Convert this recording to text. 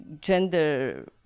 gender